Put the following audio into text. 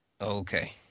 Okay